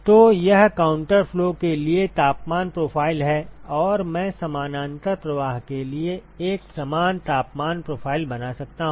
तो यह counter flow के लिए तापमान प्रोफ़ाइल है और मैं समानांतर प्रवाह के लिए एक समान तापमान प्रोफ़ाइल बना सकता हूं